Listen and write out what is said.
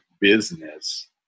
business